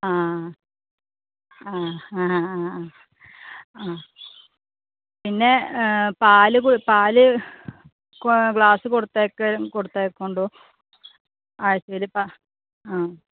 ആ ആ ആ ആ ആ പിന്നെ പാൽ കു പാൽ കൊ ഗ്ലാസ് കൊടുത്തയയ്ക്ക കൊടുത്തയയ്ക്കോണ്ടു ആ ശരി അപ്പാ